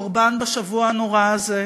הקורבן בשבוע הנורא הזה